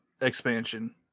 expansion